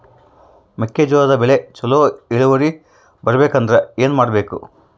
ಮೆಕ್ಕೆಜೋಳದ ಬೆಳೆ ಚೊಲೊ ಇಳುವರಿ ಬರಬೇಕಂದ್ರೆ ಏನು ಮಾಡಬೇಕು?